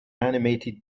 animated